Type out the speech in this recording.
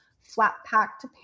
flat-packed